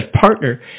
partner